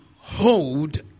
hold